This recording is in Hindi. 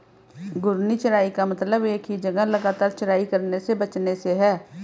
घूर्णी चराई का मतलब एक ही जगह लगातार चराई करने से बचने से है